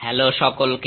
hello সকলকে